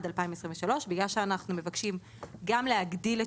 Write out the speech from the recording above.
עד 2023. בגלל שאנחנו מבקשים גם להגדיל את